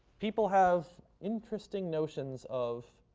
people have interesting notions of